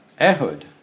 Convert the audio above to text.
Ehud